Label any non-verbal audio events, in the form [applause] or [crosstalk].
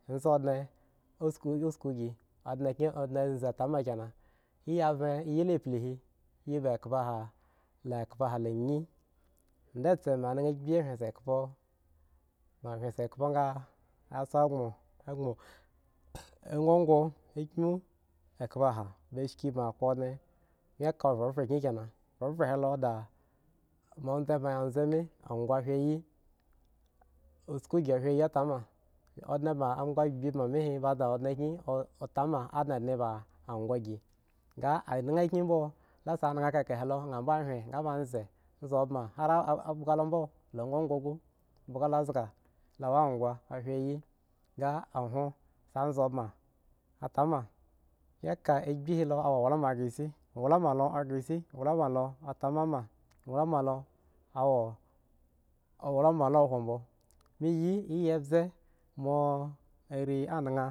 Mbzi ondne usku, usku si ondne kyen ondne mzi taama kenan iya ven, ya la bli hi iyi ba khpoeha la khpoeha la anyi da se me naka agbi hwin sekhpo bma win sekhpo nga a tso gboŋ agbon [noise] [hesitation] gboŋ ngongo akmi ekhpoeha ba shiki bma kpo ondne, bmi ka vhuvhre kyin kena bmi ka vhurhre he lo da moa ondme bma ya mu mii angwaa ahwin ayi usku gi adwen yi tama ondne bma angba agbi baŋ me hiaba da ondne kyi o tama adna dne ba angwagi nga anaŋ kyin mbo, la sa naha kaka he lo nha mbo ahwin nga ba mu, mzi baŋ har a bhga lo mbo ngong ghga lo zga la wo angwa ahwen ayi nga a huwon samzi ban atama omi ka agbi he lo awo wlama ma aghre isi owlama lo ghre isi owlama lo atama onlama lo awo owlama la hwo mbo me yi iyi mbze moa are anaba.